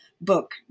book